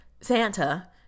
Santa